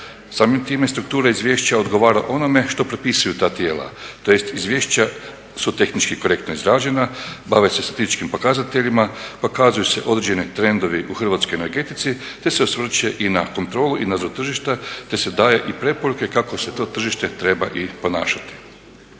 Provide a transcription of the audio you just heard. Samim time struktura izvješća odgovara onome što propisuju ta tijela tj. izvješća su tehnički korektno izrađena, bave se statističkim pokazateljima, pokazuju se određeni trendovi u hrvatskoj energetici te se osvrće i na kontrolu i … tržišta te se daju i preporuke kako se to tržište treba i ponašati.